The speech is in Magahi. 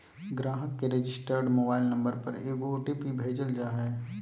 ग्राहक के रजिस्टर्ड मोबाइल नंबर पर एगो ओ.टी.पी भेजल जा हइ